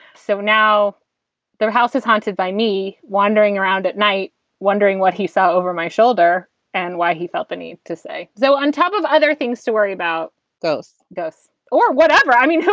so now their house is haunted by me wandering around at night wondering what he saw over my shoulder and why he felt the need to say so on top of other things, to worry about those ghosts or whatever. i mean,